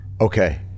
Okay